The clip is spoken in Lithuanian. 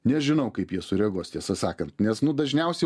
nežinau kaip jie sureaguos tiesą sakant nes nu dažniausiai